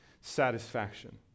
satisfaction